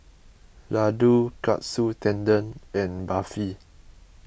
Ladoo Katsu Tendon and Barfi